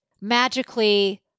magically